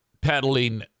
peddling